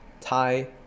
Thai